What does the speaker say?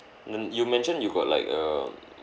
then you mentioned you got like err